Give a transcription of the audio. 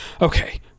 okay